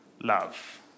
love